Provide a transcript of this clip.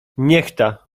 niechta